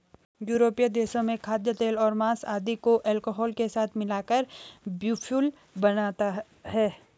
यूरोपीय देशों में खाद्यतेल और माँस आदि को अल्कोहल के साथ मिलाकर बायोफ्यूल बनता है